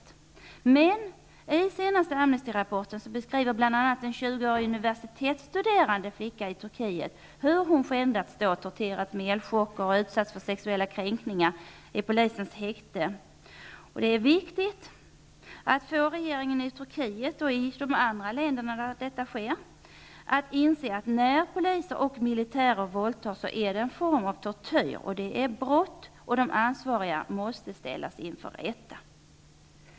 I den senaste Amnestyrapporten beskriver en 20 årig universitetsstuderande flicka från Turkiet hur hon skändats, torterats med elchocker och utsatts för sexuella kränkningar i polisens häkte. Det är viktigt att få regeringen i Turkiet och i de andra länder där liknande övergrepp sker att inse, att när poliser och militärer våldtar, är det en form av tortyr. Det är brott, och de ansvariga måste ställas inför rätta.